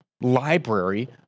library